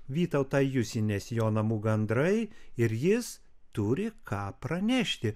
vytautą jusį nes jo namų gandrai ir jis turi ką pranešti